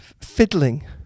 fiddling